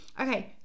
okay